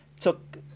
took